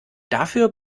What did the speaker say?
dafür